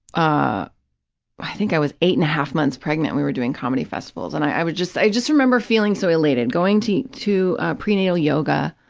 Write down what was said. ah i think i was eight and a half months pregnant and we were doing comedy festivals, and i was just, i just remember feeling so elated, going to to prenatal yoga,